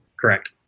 Correct